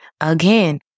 Again